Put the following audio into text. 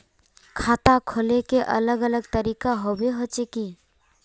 खाता खोले के अलग अलग तरीका होबे होचे की?